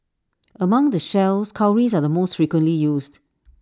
among the shells cowries are the most frequently used